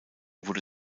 wurde